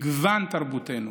על מגוון תרבותנו,